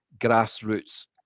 grassroots